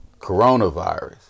coronavirus